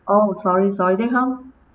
oh sorry sorry then how